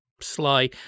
Sly